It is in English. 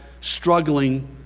struggling